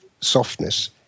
softness